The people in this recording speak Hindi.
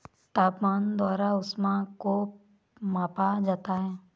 तापमान द्वारा ऊष्मा को मापा जाता है